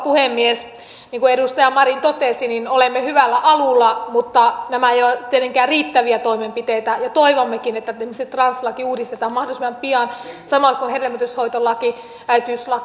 niin kuin edustaja marin totesi olemme hyvällä alulla mutta nämä eivät ole tietenkään riittäviä toimenpiteitä ja toivommekin että esimerkiksi translaki uudistetaan mahdollisimman pian samoin kuin hedelmöityshoitolaki äitiyslaki